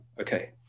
okay